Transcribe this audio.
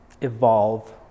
evolve